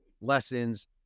lessons